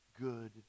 good